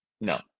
No